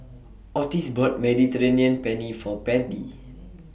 Ottis bought Mediterranean Penne For Matie